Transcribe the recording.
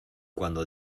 cuando